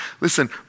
listen